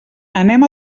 anem